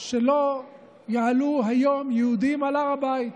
שלא יעלו היום יהודים על הר הבית,